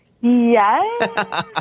Yes